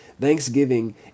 Thanksgiving